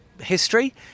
history